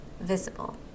visible